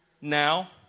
now